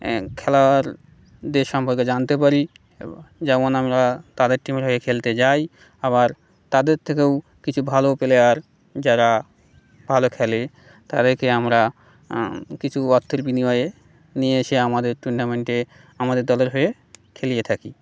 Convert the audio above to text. খেলোয়াড়দের সম্পর্কে জানতে পারি যেমন আমরা তাদের টিমের হয়ে খেলতে যাই আবার তাদের থেকেও কিছু ভালো প্লেয়ার যারা ভালো খেলে তাদেরকে আমরা কিছু অর্থের বিনিময়ে নিয়ে এসে আমাদের টুর্নামেন্টে আমাদের দলের হয়ে খেলিয়ে থাকি